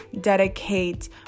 dedicate